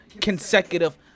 consecutive